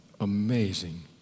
amazing